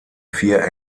vier